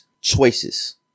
choices